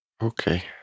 okay